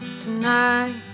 tonight